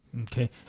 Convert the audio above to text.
Okay